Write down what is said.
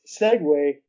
segue